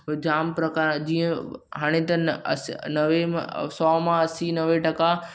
जामु प्रकार आहे जीअं हाणे त न अस नवे मां सौ मां असी नवे टका